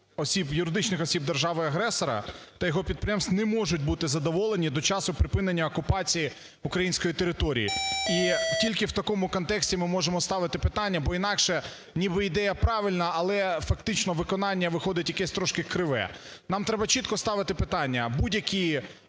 осіб, юридичних осіб держави-агресора та його підприємств не можуть бути задоволені до часу припинення окупації української території. І тільки в такому контексті ми можемо ставити питання, бо інакше ніби ідея правильна, але фактично виконання виходить якесь трошки криве. Нам треба чітко ставити питання.